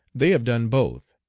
they have done both,